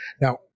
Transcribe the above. Now